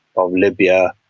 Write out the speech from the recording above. of libya,